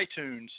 iTunes